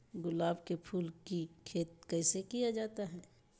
गुलाब के फूल की खेत कैसे किया जाता है?